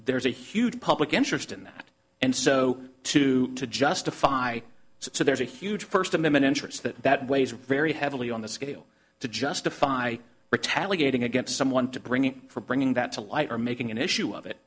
there's a huge public interest in that and so to to justify so there's a huge first amendment interest that that weighs very heavily on the scale to justify retaliating against someone to bring in for bringing that to light or making an issue of it